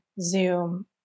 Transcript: Zoom